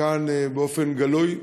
כאן באופן גלוי.